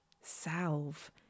salve